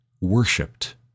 worshipped